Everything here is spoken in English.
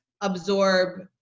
absorb